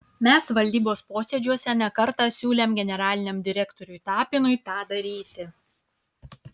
mes valdybos posėdžiuose ne kartą siūlėm generaliniam direktoriui tapinui tą daryti